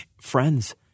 Friends